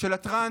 של הטרנס,